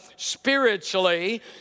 spiritually